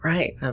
Right